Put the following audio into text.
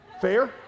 Fair